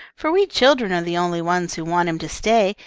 for we children are the only ones who want him to stay,